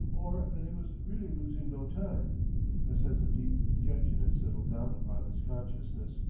or that he was really losing no time a sense of deep dejection had settled down upon his consciousness,